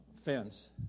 fence